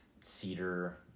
cedar